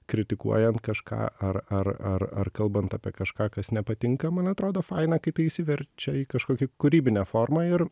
kritikuojant kažką ar ar ar ar kalbant apie kažką kas nepatinka man atrodo faina kai tai įsiverčia į kažkokį kūrybinę formą ir